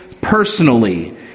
personally